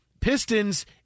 Pistons